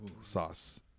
sauce